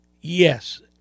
Yes